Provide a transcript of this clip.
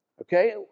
Okay